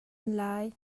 lai